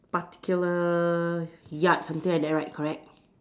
particular yard something like that right correct